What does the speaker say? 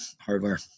Hardware